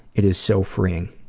it is so freeing.